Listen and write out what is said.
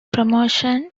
promotion